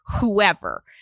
whoever